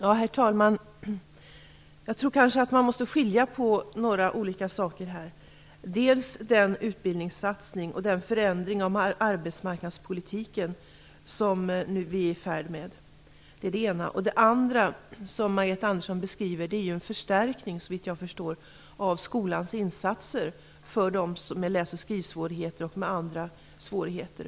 Herr talman! Jag tror kanske att man måste skilja på några olika saker här, dels den utbildningssatsning och den förändring av arbetsmarknadspolitiken som vi nu är i färd med. Det är det ena. Det andra som Margareta Andersson beskriver är, såvitt jag förstår, en förstärkning av skolans insatser för dem med läs och skrivsvårigheter och med andra svårigheter.